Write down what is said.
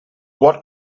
what